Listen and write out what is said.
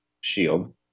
Shield